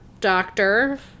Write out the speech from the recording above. doctor